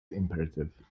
imperative